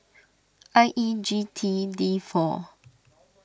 I E G T D four